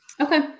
Okay